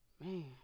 Man